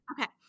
Okay